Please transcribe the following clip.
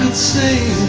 say